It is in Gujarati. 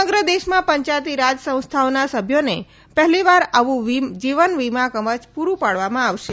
સમગ્ર દેશમાં પંચાયતી રાજ સંસ્થાઓના સભ્યોને પહેલીવાર આવું જીવન વિમા કવચ પુરૂં પાડવામાં આવશે